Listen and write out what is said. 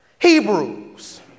Hebrews